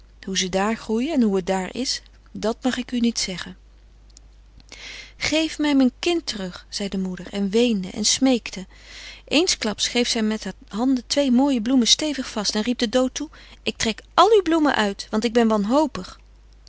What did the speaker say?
hoe ze daar groeien en hoe het daar is dat mag ik u niet zeggen geef mij mijn kind terug zei de moeder en weende en smeekte eensklaps greep zij met haar handen twee mooie bloemen stevig vast en riep den dood toe ik trek al uw bloemen uit want ik ben wanhopig